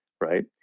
right